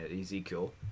Ezekiel